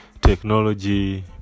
technology